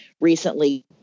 recently